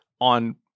on